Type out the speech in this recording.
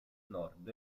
nord